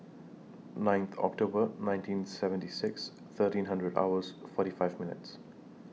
nine October nineteen seventy six thirteen hundred hours forty five minutes